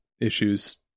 issues